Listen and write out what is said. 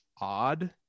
odd